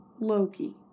Loki